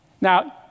Now